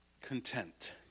content